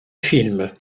film